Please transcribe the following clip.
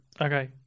Okay